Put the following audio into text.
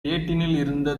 இருந்த